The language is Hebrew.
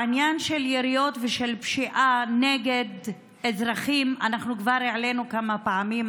את העניין של יריות ושל פשיעה נגד אזרחים אנחנו כבר העלינו כמה פעמים,